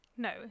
No